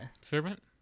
servant